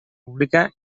pública